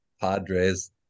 Padres